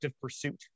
pursuit